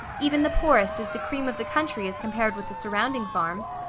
even the poorest is the cream of the country as compared with the surrounding farms.